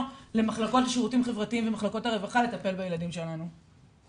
למחלקות שירותים חברתיים ומחלקות הרווחה לטפל בילדים שלנו.